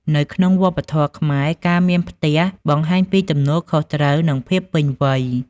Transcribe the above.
នៅក្នុងវប្បធម៌ខ្មែរ ការមានផ្ទះបង្ហាញពីទំនួលខុសត្រូវ និងភាពពេញវ័យ។